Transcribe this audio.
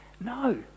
No